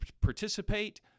participate